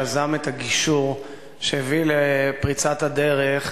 שיזם את הגישור שהביא לפריצת הדרך